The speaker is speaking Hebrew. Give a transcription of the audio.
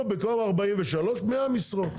במקום 43 משרות, תיתנו 100 משרות.